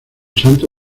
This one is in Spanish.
santo